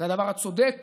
זה הדבר הצודק